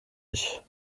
ich